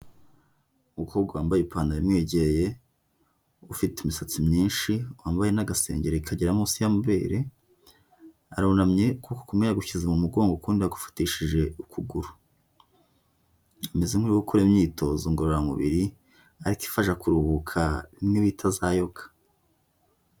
Umukobwa wambaye ipantaro imwegeye ufite imisatsi myinshi wambaye n'agasenge kagera munsi y'amabere, arunamye ukuboko kumwe yagushyize mu mugongo, ukundi agufatishije ukuguru ameze nk'uri gukora imyitozo ngororamubiri ariko ifasha kuruhuka n'ibitazayoka.